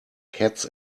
cats